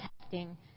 testing